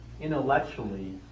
intellectually